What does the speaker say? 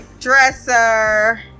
dresser